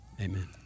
Amen